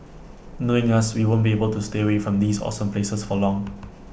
knowing us we won't be able to stay away from these awesome places for long